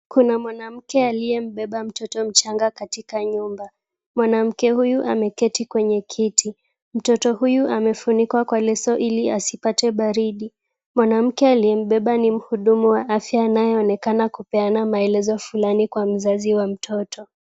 Kuna mwanamke aliyembeba mtoto mchanga katika nyumba. Mwanamke huyu ameketi kwenye kiti. Mtoto huyu amefunikwa kwa leso ili asipate baridi. Mwanamke aliyembeba ni mhudumu wa afya anayeonekana kupeana maelezo fulani kwa mzazi wa mtoto.